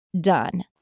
done